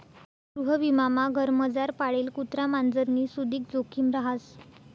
गृहविमामा घरमझार पाळेल कुत्रा मांजरनी सुदीक जोखिम रहास